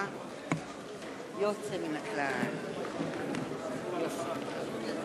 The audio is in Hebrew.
(הישיבה נפסקה בשעה 11:49 ונתחדשה בשעה 11:50.) רבותי,